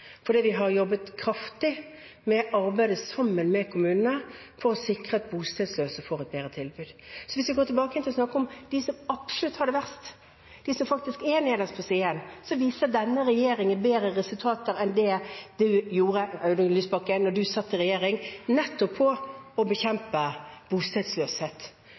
fordi vi har jobbet kraftig – ved å arbeide sammen med kommunene – for å sikre at bostedsløse får et bedre tilbud. Så hvis vi går tilbake til å snakke om dem som absolutt har det verst, de som faktisk er nederst på stigen, så viser denne regjeringen bedre resultater enn det du gjorde, Audun Lysbakken, da du satt i regjering, nettopp når det gjelder å bekjempe bostedsløshet.